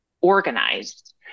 organized